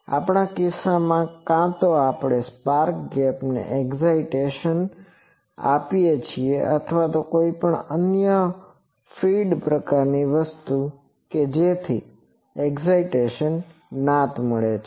આપણા કિસ્સામાં કાં તો આપણે સ્પાર્ક ગેપને એક્શાઈટેસનexcitationઉત્તેજના આપીએ છીએ અથવા કોઈપણ અન્ય ફીડ પ્રકારની વસ્તુ જેથી એક્શાઈટેસન જ્ઞાત છે